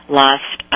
lost